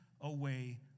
away